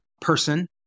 person